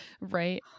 Right